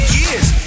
years